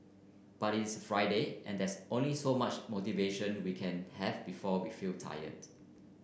but it's Friday and there's only so much motivation we can have before we feel tired